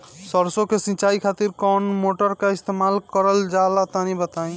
सरसो के सिंचाई खातिर कौन मोटर का इस्तेमाल करल जाला तनि बताई?